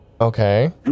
Okay